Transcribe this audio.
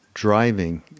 Driving